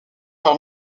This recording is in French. par